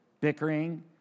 bickering